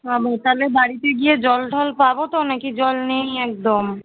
মা গো তাহলে বাড়িতে গিয়ে জল টল পাবো তো না কি জল নেই একদম